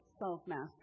self-mastery